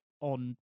on